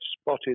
spotted